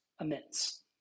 immense